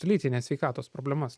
lytinės sveikatos problemas